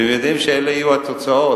אם הם יודעים שאלה יהיו התוצאות,